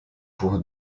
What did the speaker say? pour